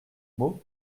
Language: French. mots